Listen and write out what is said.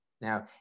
Now